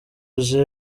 uje